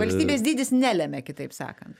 valstybės dydis nelemia kitaip sakant